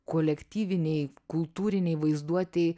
kolektyvinei kultūrinei vaizduotei